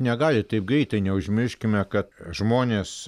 negali taip greitai neužmirškime kad žmonės